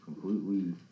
completely